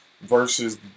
versus